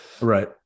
Right